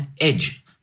edge